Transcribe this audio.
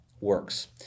works